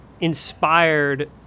inspired